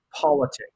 politics